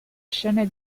scene